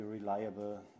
reliable